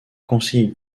conseiller